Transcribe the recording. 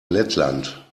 lettland